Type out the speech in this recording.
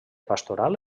pastoral